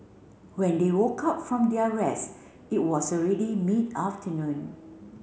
when they woke up from their rest it was already mid afternoon